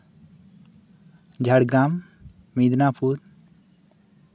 Jhargram Midnapore